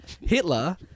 Hitler